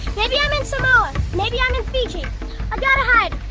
maybe i'm in samoa? maybe i'm in fiji? i got to hide.